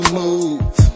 move